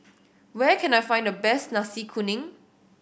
where can I find the best Nasi Kuning